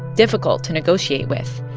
difficult to negotiate with,